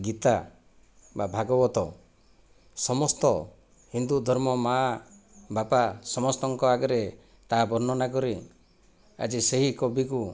ଗୀତା ବା ଭାଗବତ ସମସ୍ତ ହିନ୍ଦୁ ଧର୍ମ ମା' ବାପା ସମସ୍ତଙ୍କ ଆଗରେ ତାହା ବର୍ଣନା କରି ଆଜି ସେହି କବିକୁ